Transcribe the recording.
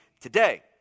today